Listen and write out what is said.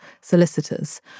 solicitors